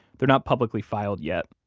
they're not publicly filed yet.